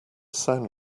sound